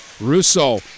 Russo